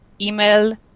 email